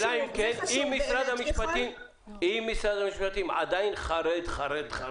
אם משרד המשפטים עדיין חרד-חרד-חרד,